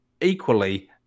equally